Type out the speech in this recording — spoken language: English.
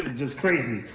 just crazy.